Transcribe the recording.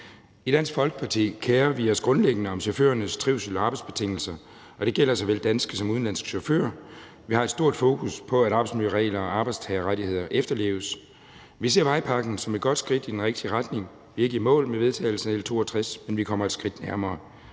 I Dansk Folkeparti kerer vi os grundlæggende om chaufførernes trivsel og arbejdsbetingelser, og det gælder såvel danske som udenlandske chauffører. Vi har et stort fokus på, at arbejdsmiljøregler og arbejdstagerrettigheder efterleves. Vi ser vejpakken som et godt skridt i den rigtige retning. Vi er ikke i mål med vedtagelsen af L 62, men vi kommer et skridt nærmere.